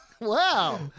Wow